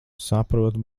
saprotu